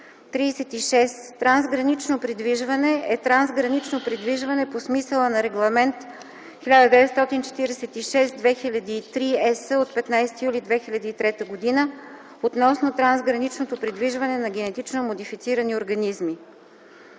36. „Трансгранично придвижване” е трансгранично придвижване по смисъла на Регламент 1946/2003/ЕС от 15 юли 2003 г. относно трансграничното придвижване на генетично модифицирани организми.”;